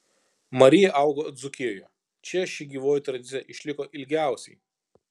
marija augo dzūkijoje čia ši gyvoji tradicija išliko ilgiausiai